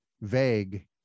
vague